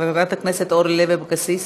חברת הכנסת אורלי לוי אבקסיס,